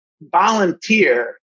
volunteer